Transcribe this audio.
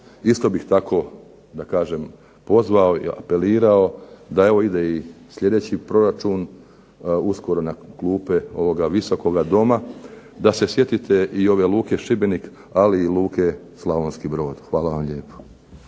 Isto bih tako da kažem pozvao, apelirao da evo ide i sljedeći proračun uskoro na klupe ovoga Visokoga doma, da se sjetite i ove luke Šibenik, ali i luke Slavonski Brod. Hvala vam lijepo.